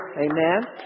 Amen